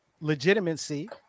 legitimacy